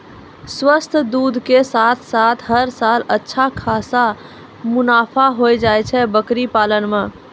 स्वस्थ दूध के साथॅ साथॅ हर साल अच्छा खासा मुनाफा होय जाय छै बकरी पालन मॅ